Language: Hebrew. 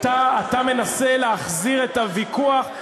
אתה מנסה להחזיר את הוויכוח.